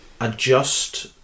adjust